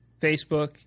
Facebook